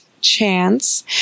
chance